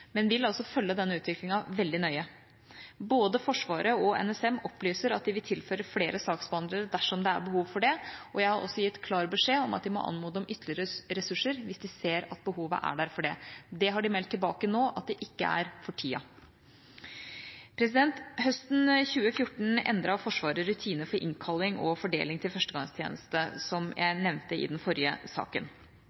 men vil altså følge denne utviklinga veldig nøye. Både Forsvaret og NSM opplyser at de vil tilføre flere saksbehandlere dersom det er behov for det. Jeg har også gitt klar beskjed om at de må anmode om ytterligere ressurser hvis de ser at behovet er der. Det har de meldt tilbake at det for tida ikke er. Høsten 2014 endret Forsvaret rutiner for innkalling og fordeling til førstegangstjeneste, som jeg nevnte i den forrige saken.